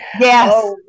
Yes